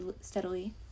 steadily